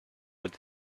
with